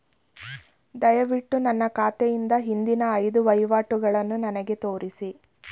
ದಯವಿಟ್ಟು ನನ್ನ ಖಾತೆಯಿಂದ ಹಿಂದಿನ ಐದು ವಹಿವಾಟುಗಳನ್ನು ನನಗೆ ತೋರಿಸಿ